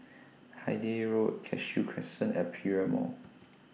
Hythe Road Cashew Crescent Aperia Mall